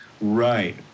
Right